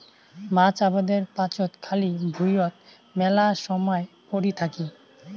মাছ আবাদের পাচত খালি ভুঁইয়ত মেলা সমায় পরি থাকি